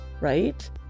right